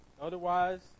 Otherwise